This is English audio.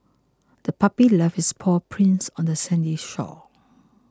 the puppy left its paw prints on the sandy shore